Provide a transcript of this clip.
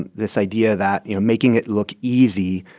and this idea that, you know, making it look easy,